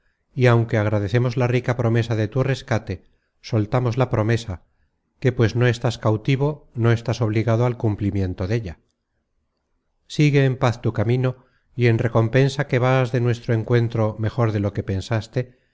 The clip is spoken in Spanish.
y aunque agradecemos la rica promesa de tu rescate soltamos la promesa que pues no estás cautivo no estás obligado al cumplimiento della sigue en paz tu camino y en recompensa que vas de nuestro encuentro mejor de lo que pensaste